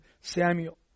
Samuel